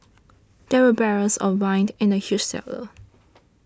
there were barrels of wine in the huge cellar